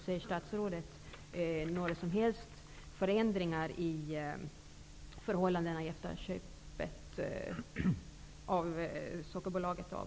Ser statsrådet några som helst förändringar i förhållandena efter Daniscos köp av